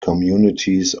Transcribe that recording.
communities